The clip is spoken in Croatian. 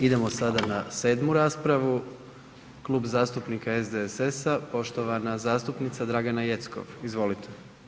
Idemo sada na sedmu raspravu, Klub zastupnika SDSS-a, poštovana zastupnica Dragana Jeckov, izvolite.